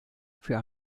für